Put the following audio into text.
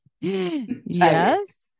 yes